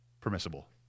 permissible